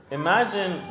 imagine